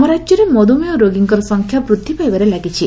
ଆମ ରାଜ୍ୟରେ ମଧୁମେହ ରୋଗୀଙ୍କର ସଂଖ୍ୟା ବୃଦ୍ଧି ପାଇବାରେ ଲାଗିଛି